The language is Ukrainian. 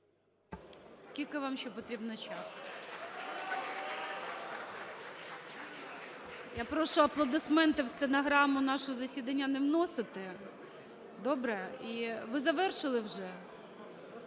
Скільки вам ще потрібно часу? Я прошу аплодисменти в стенограму нашого засідання не вносити, добре? І ви завершили вже?